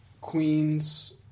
queens